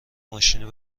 ماشین